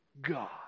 God